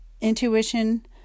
intuition